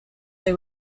they